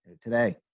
today